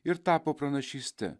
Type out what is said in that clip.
ir tapo pranašyste